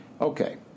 Okay